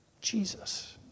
Jesus